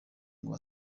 ngo